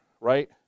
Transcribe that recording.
right